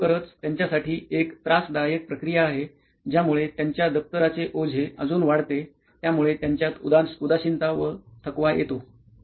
हि खरोखरच त्यांच्यासाठी एक त्रासदायक प्रक्रिया आहे ज्यामुळे त्यांच्या दप्तराचे ओझे अजून वाढते त्यामुळे त्यांच्यात उदासीनता व थकवा येतो